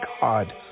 God